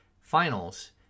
finals